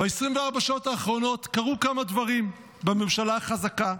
ב-24 השעות האחרונות קרו כמה דברים בממשלה החזקה.